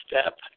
step